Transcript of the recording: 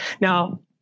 Now